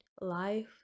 life